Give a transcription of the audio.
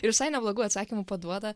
ir visai neblogų atsakymų paduoda